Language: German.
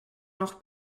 noch